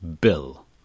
Bill